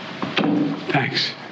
Thanks